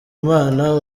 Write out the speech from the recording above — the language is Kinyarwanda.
imana